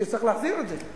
תצטרך להחזיר את זה.